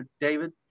David